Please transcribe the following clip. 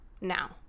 now